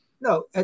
No